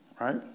right